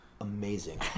amazing